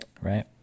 right